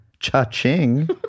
Cha-ching